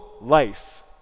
life